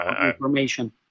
information